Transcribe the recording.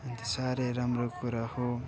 अन्त साह्रै राम्रो कुरा हो